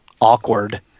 awkward